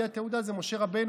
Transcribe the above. אבי התעודה זה משה רבנו,